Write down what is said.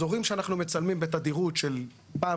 אזורים שאנחנו מצלמים בתדירות של פעם